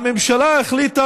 הממשלה החליטה